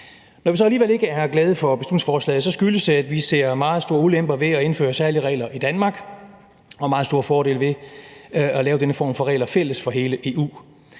Når vi så alligevel ikke er glade for beslutningsforslaget, skyldes det, at vi ser meget store ulemper ved at indføre særlige regler i Danmark, og meget store fordele ved at lave denne form for regler fælles for hele EU.